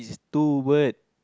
two bird